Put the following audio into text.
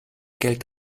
geld